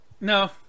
No